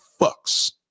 fucks